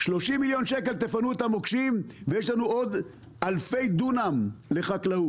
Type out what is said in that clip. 30 מיליון שקל תפנו את המוקשים ויש לנו עוד אלפי דונם לחקלאות.